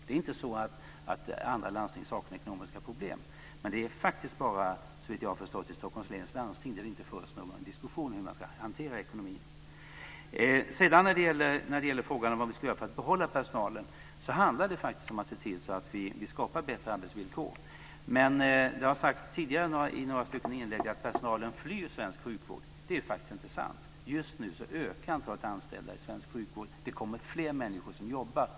Det är inte så att andra landsting saknar ekonomiska problem, men det är faktiskt bara, såvitt jag har förstått, i Stockholms läns landsting som det inte förs någon diskussion om hur man ska hantera ekonomin. När det sedan gäller frågan om vad vi ska göra för att behålla personalen handlar det om att se till att skapa bättre arbetsvillkor. Men det som har sagts i några tidigare inlägg om att personalen flyr svensk sjukvård är faktiskt inte sant. Just nu ökar antalet anställda i svensk sjukvård. Det kommer fler människor som jobbar.